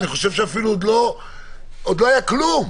אני חושב שעוד לא היה כלום,